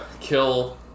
kill